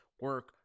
Work